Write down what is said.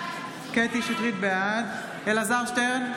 בעד אלעזר שטרן,